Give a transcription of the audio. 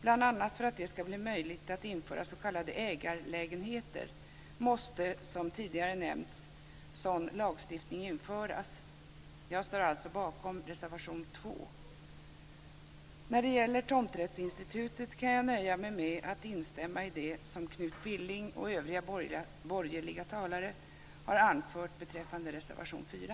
Bl.a. för att det ska bli möjligt att införa s.k. ägarlägenheter måste, som tidigare nämnts, sådan lagstiftning införas. Jag står alltså bakom reservation 2. När det gäller tomrättsinstitutet kan jag nöja mig med att instämma i det som Knut Billing och övriga borgerliga talare har anfört beträffande reservation 4.